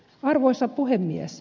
arvoisa puhemies